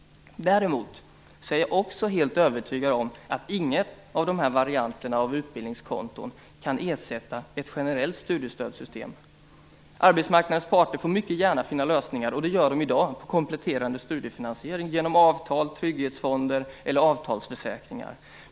Däremot är jag också helt övertygad om att ingen av dessa varianter av utbildningskonton kan ersätta ett generellt studiestödssystem. Arbetsmarknadens parter får mycket gärna finna lösningar - och det gör de i dag - på kompletterande studiefinansiering genom avtal, trygghetsfonder eller avtalsförsäkringar.